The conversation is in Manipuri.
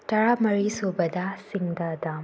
ꯇꯔꯥ ꯃꯔꯤ ꯁꯨꯕꯗ ꯁꯤꯡꯗꯥ ꯗꯥꯝ